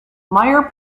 meyer